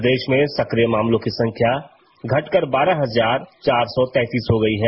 प्रॅदेश में सक्रिय मामलों की संख्या घटकर बारह हजार चार सौ तैंतीस हो गई है